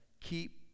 keep